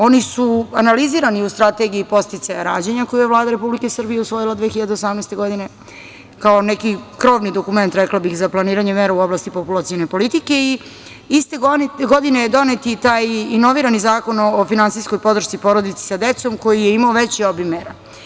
Oni su analizirani u Strategiji podsticaja rađanja koji je Vlada Republike Srbije usvojila 2018. godine, kao neki krovni dokument, rekla bih, za kloniranje mera u oblasti populacione politike i iste godine je donet i taj inovirani Zakon o finansijskoj podršci porodici sa decom koji je imao veće obime.